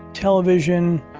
television,